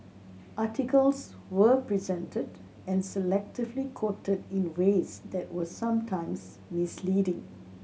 articles were presented and selectively quoted in ways that were sometimes misleading